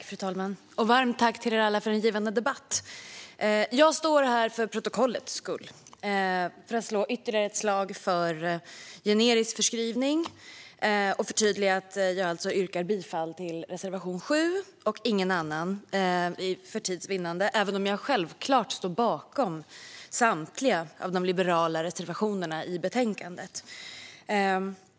Fru talman! Varmt tack till er alla för en givande debatt! Jag står här för protokollets skull. Jag vill slå ytterligare ett slag för generisk förskrivning och förtydliga att jag yrkar bifall till reservation 7 och ingen annan. Det gör jag för tids vinnande, även om jag självklart står bakom samtliga liberala reservationer i betänkandet.